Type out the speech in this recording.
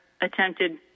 attempted